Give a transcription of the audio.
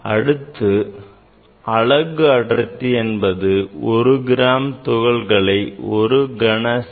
அடுத்து அலகு அடர்த்தி என்பது 1 கிராம் துகள்களை 1கனசெ